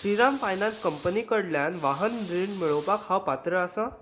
Shriram finance company कडल्यान वाहन रीण मेळोवपाक हांव पात्र आसां